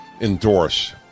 endorse